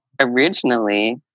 originally